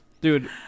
Dude